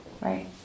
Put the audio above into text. right